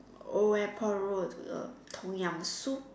old airport road the Tom-Yum soup